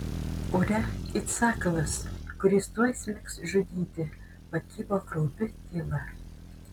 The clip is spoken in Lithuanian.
ore it sakalas kuris tuoj smigs žudyti pakibo kraupi tyla